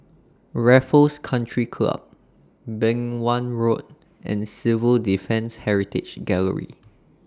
Raffles Country Club Beng Wan Road and Civil Defence Heritage Gallery